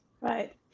Right